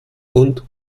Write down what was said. und